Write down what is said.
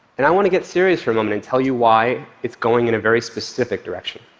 and i want to get serious for a moment and tell you why it's going in a very specific direction.